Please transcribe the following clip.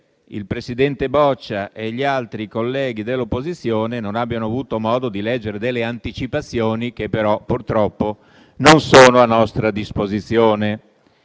il presidente Boccia e gli altri colleghi dell'opposizione non abbiano avuto modo di leggere delle anticipazioni, che però purtroppo non sono a nostra disposizione.